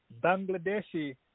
Bangladeshi